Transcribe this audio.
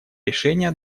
решения